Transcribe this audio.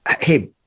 Hey